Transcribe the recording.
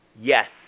Yes